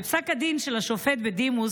בפסק הדין של השופט בדימוס